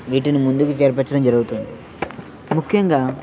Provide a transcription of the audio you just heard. వీటిని ముందుకు జరిపించడం జరుగుతుంది ముఖ్యంగా